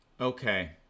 Okay